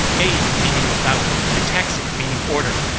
a meaning without and taxic meaning order.